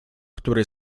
który